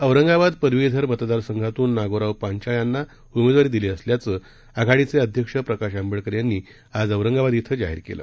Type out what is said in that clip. औरंगाबाद पदवीधर मतदारसंघातून नागोराव पांचाळ यांना उमेदवारी देण्यात आली असल्याचं आघाडीचे अध्यक्ष प्रकाश आंबेडकर यांनी आज औरंगाबाद इथं जाहीर केलं